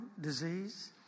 disease